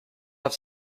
have